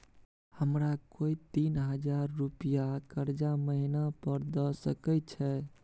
हमरा कोय तीन हजार रुपिया कर्जा महिना पर द सके छै?